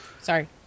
Sorry